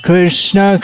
Krishna